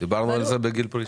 דיברנו על זה בגיל פרישה.